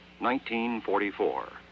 1944